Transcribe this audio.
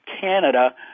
Canada